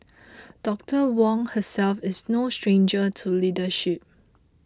Doctor Wong herself is no stranger to leadership